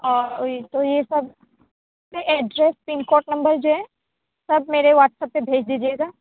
اور تو یہ سب ایڈریس پہ پن کوڈ نمبر جو ہے سب میرے واٹسایپ پہ بھیج دیجیے گا